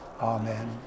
Amen